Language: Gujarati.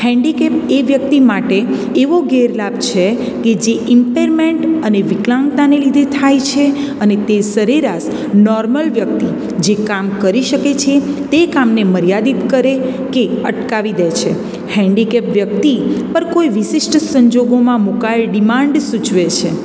હેન્ડીકેપ એ વ્યક્તિ માટે એવો ગેરલાભ છે કે જે ઈમ્પેરમેન્ટ અને વિકલાંગતાને લીધે થાય છે અને તે સરેરાશ નોર્મલ વ્યક્તિ જે કામ કરી શકે છે તે કામને મર્યાદિત કરે કે અટકાવી દે છે હેન્ડીકેપ વ્યક્તિ પર કોઈ વિશિષ્ટ સંજોગોમાં મુકાયેલ ડિમાન્ડ સૂચવે છે